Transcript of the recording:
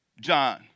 John